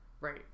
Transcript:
right